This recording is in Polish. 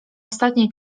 ostatniej